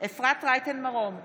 אפרת רייטן מרום,